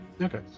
Okay